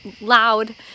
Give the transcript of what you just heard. loud